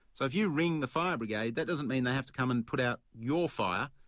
so if you ring the fire brigade, that doesn't mean they have to come and put out your fire,